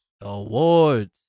Awards